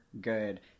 good